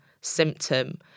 symptom